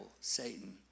Satan